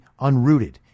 unrooted